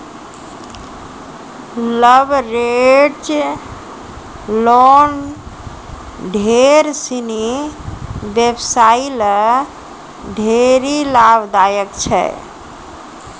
leveraged loan ढेर सिनी व्यवसायी ल ढेरी लाभदायक छै